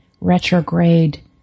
retrograde